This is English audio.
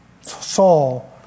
Saul